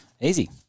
Easy